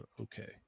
okay